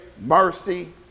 mercy